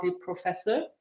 professor